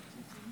בסדר.